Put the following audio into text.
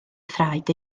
thraed